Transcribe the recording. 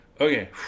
okay